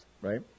right